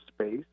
space